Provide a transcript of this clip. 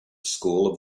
school